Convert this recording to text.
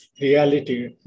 reality